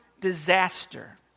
disaster